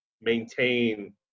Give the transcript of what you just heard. maintain